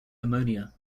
ammonia